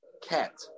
cat